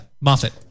Moffat